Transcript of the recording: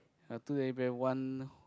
ah two air bag one